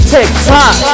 Tick-tock